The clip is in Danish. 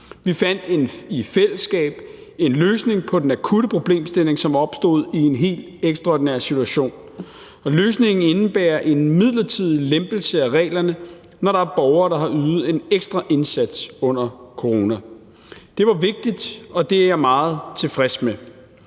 Vi fandt i fællesskab en løsning på den akutte problemstilling, som opstod i en helt ekstraordinær situation, og løsningen indebærer en midlertidig lempelse af reglerne, når der er borgere, der har ydet en ekstra indsats under corona. Det var vigtigt, og det er jeg meget tilfreds med.